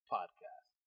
Podcast